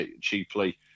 cheaply